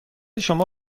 شما